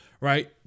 right